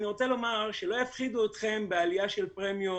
אני רוצה לומר שלא יפחידו אתכם בעליית פרמיות,